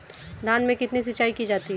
धान में कितनी सिंचाई की जाती है?